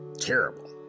Terrible